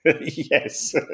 yes